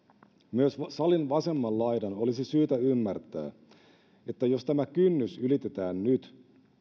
myös salin vasemman laidan olisi syytä ymmärtää että jos tämä kynnys ylitetään nyt